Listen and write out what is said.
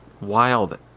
wild